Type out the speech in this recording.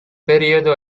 periodo